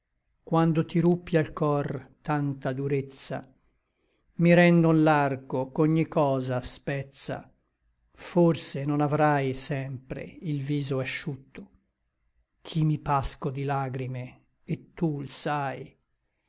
quando ti ruppi al cor tanta durezza mi rendon l'arco ch'ogni cosa spezza forse non avrai sempre il viso asciutto ch'i mi pasco di lagrime et tu l sai